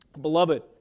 Beloved